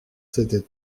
s’étaient